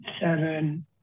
seven